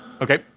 Okay